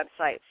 websites